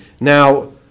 Now